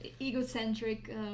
egocentric